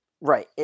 Right